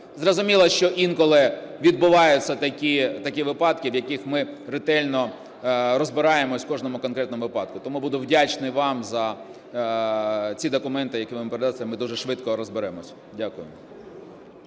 Зрозуміло, що інколи відбуваються такі випадки, в яких ми ретельно розбираємося, в кожному конкретному випадку. Тому буду вдячний вам за ці документи, які ви принесли, ми дуже швидко розберемося. Дякую.